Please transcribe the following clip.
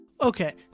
Okay